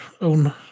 own